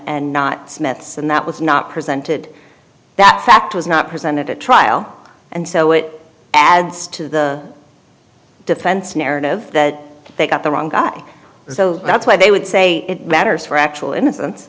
smith's and that was not presented that fact was not presented at trial and so it adds to the defense narrative that they got the wrong guy so that's why they would say it matters for actual innocence